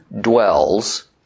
dwells